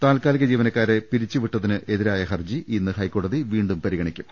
താൽക്കാലിക ജീവനക്കാരെ പിരിച്ചുവിട്ടതിനെതിരായ ഹർജി ഇന്ന് ഹൈക്കോടതി വീണ്ടും പരിഗണിക്കും